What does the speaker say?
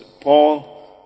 Paul